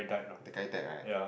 the guy died right